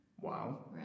Wow